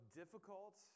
difficult